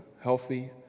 healthy